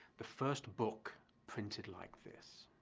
the first book printed like this.